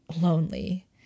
lonely